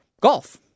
golf